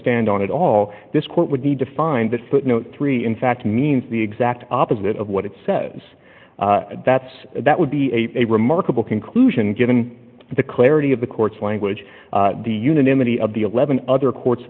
stand on at all this court would need to find that footnote three in fact means the exact opposite of what it says that's that would be a remarkable conclusion given the clarity of the court's language the unanimity of the eleven other courts